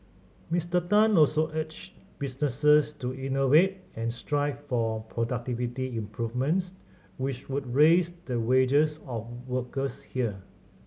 Mister Tan also urged businesses to innovate and strive for productivity improvements which would raise the wages of workers here